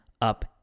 up